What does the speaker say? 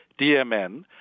DMN